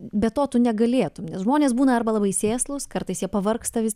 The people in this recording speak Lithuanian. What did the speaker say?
be to tu negalėtum nes žmonės būna arba labai sėslūs kartais jie pavargsta vis